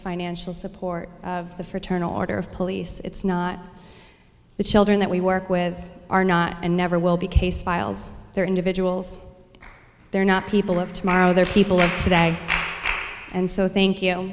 financial support of the fraternal order of police it's not the children that we work with are not and never will be case files they're individuals they're not people of tomorrow they're people of today and so thank you